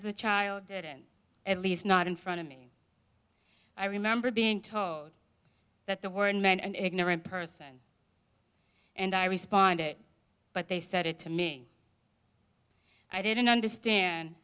other child didn't at least not in front of me i remember being told that the word man and ignorant person and i responded but they said it to me i didn't understand